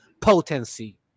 potency